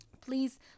please